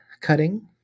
cutting